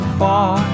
far